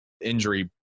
injury